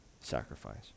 sacrifice